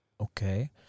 Okay